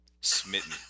smitten